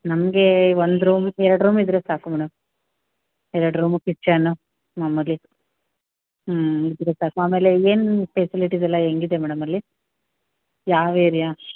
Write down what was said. ನಮಗೆ ಒಂದು ರೂಮ್ ಎರಡು ರೂಮಿದ್ದರೆ ಸಾಕು ಮೇಡಮ್ ಎರಡು ರೂಮು ಕಿಚ್ಚನು ಮಾಮೂಲಿ ಇದ್ದರೆ ಸಾಕು ಆಮೇಲೆ ಏನು ಫೆಸಿಲಿಟಿಸೆಲ್ಲ ಹೆಂಗಿದೆ ಮೇಡಮ್ ಅಲ್ಲಿ ಯಾವ ಏರಿಯಾ